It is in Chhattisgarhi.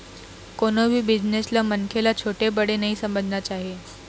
कोनो भी बिजनेस ल मनखे ल छोटे बड़े नइ समझना चाही